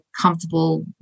comfortable